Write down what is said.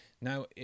Now